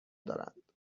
دارند